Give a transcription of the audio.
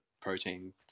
protein